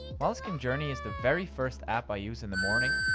moleskine journey is the very first app i use in the morning,